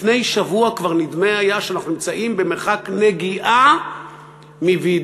לפני שבוע כבר נדמה היה שאנחנו נמצאים במרחק נגיעה מוועידה,